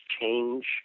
change